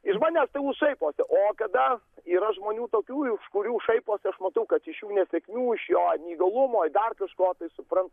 iš anęs tegul šaiposi o kada yra žmonių tokių iš kurių šaiposi aš matau kad šių nesėkmių iš jo neįgalumo ir dar kažko tai suprantat